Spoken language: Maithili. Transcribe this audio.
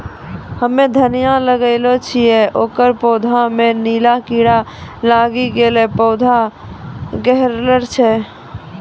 हम्मे धनिया लगैलो छियै ओकर पौधा मे नीला कीड़ा लागी गैलै पौधा गैलरहल छै?